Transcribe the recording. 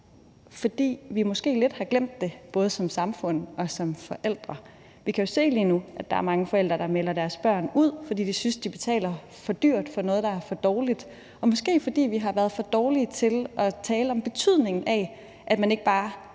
fordi vi måske lidt har glemt det, både som samfund og som forældre. Vi kan jo se lige nu, at der er mange forældre, der melder deres børn ud, fordi de synes, de betaler for dyrt for noget, der er for dårligt, og måske fordi vi har været for dårlige til at tale om betydningen af, at man ikke bare